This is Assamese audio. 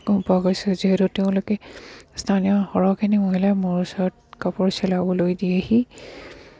গম পোৱা গৈছে যিহেতু তেওঁলোকে স্থানীয় সৰহখিনি মহিলাই মোৰ ওচৰত কাপোৰ চিলাবলৈ দিয়েহি